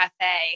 cafe